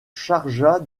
chargea